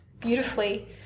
beautifully